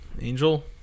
Angel